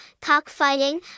cockfighting